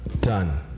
Done